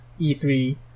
E3